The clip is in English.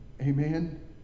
Amen